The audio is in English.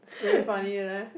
very funny leh